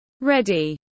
Ready